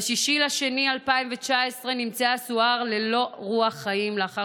ב-6 בפברואר 2019 נמצאה סואר ללא רוח חיים לאחר